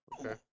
okay